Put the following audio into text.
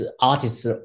artists